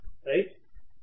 అంతే కదా